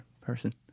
person